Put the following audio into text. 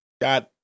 God